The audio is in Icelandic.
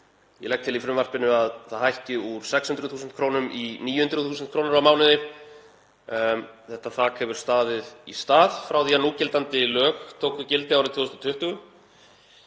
Ég legg til í frumvarpinu að það hækki úr 600.000 kr. í 900.000 kr. á mánuði. Þetta þak hefur staðið í stað frá því að núgildandi lög tóku gildi árið 2020.